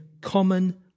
common